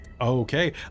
Okay